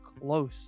close